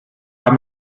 sah